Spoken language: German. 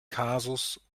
kasus